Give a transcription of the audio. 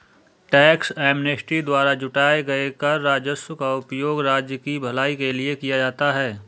tax amnesty द्वारा जुटाए गए कर राजस्व का उपयोग राज्य की भलाई के लिए किया जाता है